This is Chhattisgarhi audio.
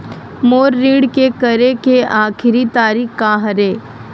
मोर ऋण के करे के आखिरी तारीक का हरे?